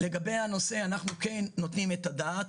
אנחנו כן נותנים את הדעת,